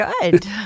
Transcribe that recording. good